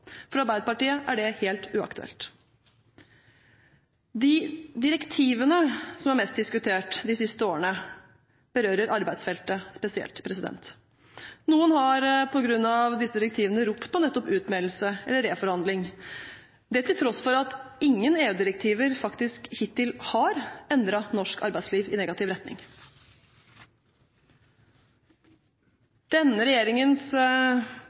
For Arbeiderpartiet er det helt uaktuelt. De direktivene som er mest diskutert de siste årene, berører arbeidsfeltet spesielt. Noen har på grunn av disse direktivene ropt på nettopp utmeldelse eller reforhandling, til tross for at ingen EU-direktiver faktisk hittil har endret norsk arbeidsliv i negativ retning. Denne regjeringens